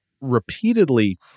repeatedly